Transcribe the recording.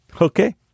Okay